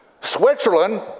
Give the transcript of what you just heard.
Switzerland